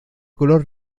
color